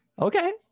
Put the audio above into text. Okay